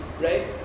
right